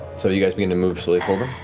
so you guys begin to move slowly forward?